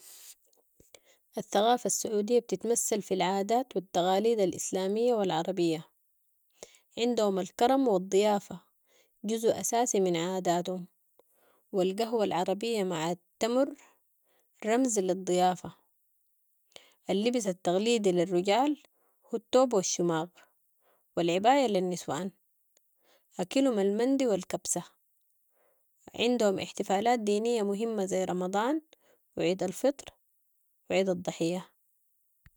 الثقافة السعودية بتتمثل في العادات و التقاليد الإسلامية و العربية، عندهم الكرم و الضيافة جزو اساسي من عاداتهم و القهوة العربية مع التمر رمز للضيافة، اللبس التقليدي للرجال هو التوب و الشماغ و العباية للنسوان. اكلهم المندي و الكبسة. عندهم احتفالات دينية مهمة زي رمضان و عيد الفطر و عيد الضحية.